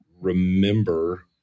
remember